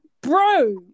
bro